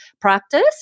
practice